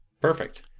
Perfect